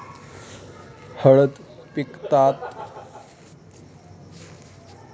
हळद पिकात सुरुवातीचे खत व अन्नद्रव्य व्यवस्थापन कसे करायचे?